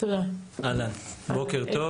בוקר טוב.